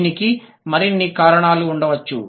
దీనికి మరిన్ని కారణాలు ఉండవచ్చు